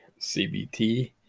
CBT